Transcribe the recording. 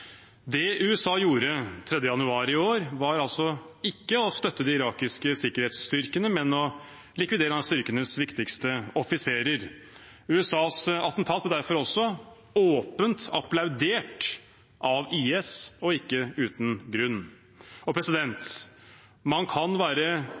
Det USA gjorde 3. januar i år, var altså ikke å støtte de irakiske sikkerhetsstyrkene, men å likvidere en av styrkenes viktigste offiserer. USAs attentat ble derfor også åpent applaudert av IS, og ikke uten grunn. Man kan være kritisk til, ja til og